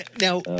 Now